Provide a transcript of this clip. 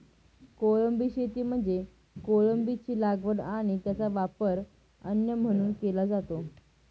कोळंबी शेती म्हणजे कोळंबीची लागवड आणि त्याचा वापर अन्न म्हणून केला जातो